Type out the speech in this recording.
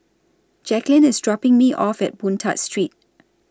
Jacqueline IS dropping Me off At Boon Tat Street